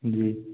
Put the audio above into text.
जी